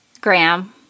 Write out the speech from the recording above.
Graham